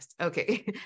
Okay